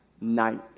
night